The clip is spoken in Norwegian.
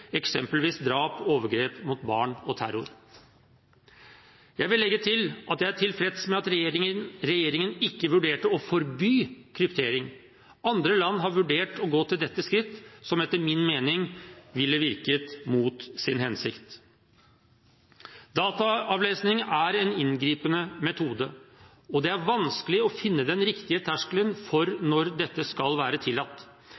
eksempelvis drap, overgrep mot barn og terror. Jeg vil legge til at jeg er tilfreds med at regjeringen ikke vurderte å forby kryptering. Andre land har vurdert å gå til dette skritt, som etter min mening ville virket mot sin hensikt. Dataavlesning er en inngripende metode, og det er vanskelig å finne den riktige terskelen for når dette skal være tillatt.